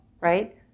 right